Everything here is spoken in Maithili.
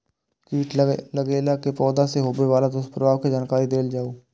कीट लगेला से पौधा के होबे वाला दुष्प्रभाव के जानकारी देल जाऊ?